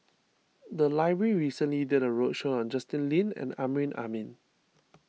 the library recently did a roadshow on Justin Lean and Amrin Amin